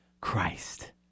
Christ